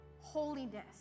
holiness